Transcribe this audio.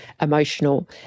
emotional